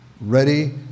ready